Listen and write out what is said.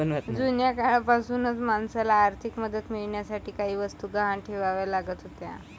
जुन्या काळापासूनच माणसाला आर्थिक मदत मिळवण्यासाठी काही वस्तू गहाण ठेवाव्या लागत होत्या